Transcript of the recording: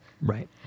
right